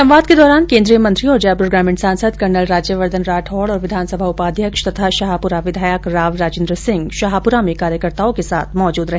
संवाद के दौरान केन्द्रीय मंत्री और जयपुर ग्रामीण सांसद कर्नल राज्यवर्धन राठौड़ तथा विधानसभा उपाध्यक्ष और शाहपुरा विधायक राव राजेन्द्र सिंह शाहपुरा में कार्यकर्ताओं के साथ मौजूद रहे